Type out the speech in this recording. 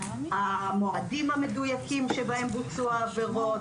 המועדים המדויקים שבהם בוצעו העבירות,